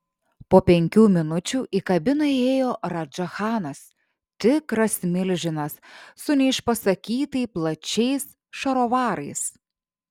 po penkių minučių į kabiną įėjo radža chanas tikras milžinas su neišpasakytai plačiais šarovarais